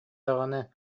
даҕаны